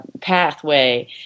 pathway